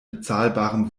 bezahlbarem